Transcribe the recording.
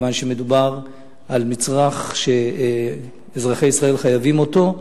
מכיוון שמדובר על מצרך שאזרחי ישראל חייבים אותו,